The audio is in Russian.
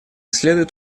следует